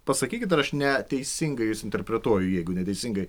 pasakykit ar aš ne teisingai jus interpretuoju jeigu neteisingai